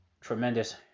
tremendous